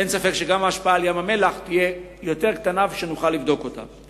אין ספק שגם ההשפעה על ים-המלח תהיה יותר קטנה ונוכל לבדוק אותה.